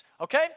Okay